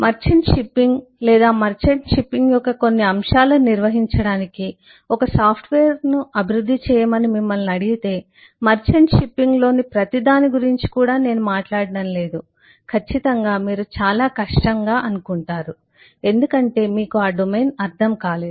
merchant shipping లేదా merchant shipping యొక్క కొన్ని అంశాలను నిర్వహించడానికి ఒక సాఫ్ట్వేర్ను అభివృద్ధి చేయమని మిమ్మల్ని అడిగితే మర్చంట్ షిప్పింగ్లోని ప్రతి దాని గురించి కూడా నేను మాట్లాడటం లేదు ఖచ్చితంగా మీరు చాలా కష్టం కనుగొంటారు ఎందుకంటే మీకు ఆ డొమైన్ అర్థం కాలేదు